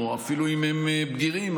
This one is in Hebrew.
ואפילו אם הם בגירים,